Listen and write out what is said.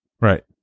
Right